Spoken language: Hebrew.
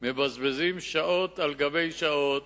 מבזבזים שעות על גבי שעות